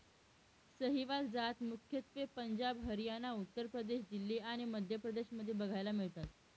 सहीवाल जात मुख्यत्वे पंजाब, हरियाणा, उत्तर प्रदेश, दिल्ली आणि मध्य प्रदेश मध्ये बघायला मिळतात